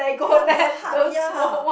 ya the heart ya